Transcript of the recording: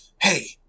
Hey